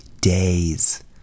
Days